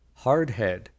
hardhead